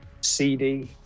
CD